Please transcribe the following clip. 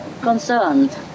concerned